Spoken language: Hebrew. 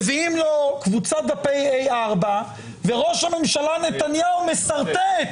מביאים לו קבוצת דפי A4 וראש הממשלה נתניהו משרטט את